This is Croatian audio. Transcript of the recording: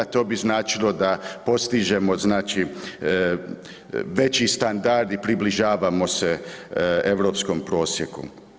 To bi značilo da postižemo znači veći standard i približavamo se europskom prosjeku.